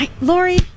Lori